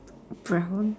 brown